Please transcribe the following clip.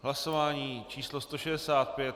Hlasování číslo 165.